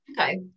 Okay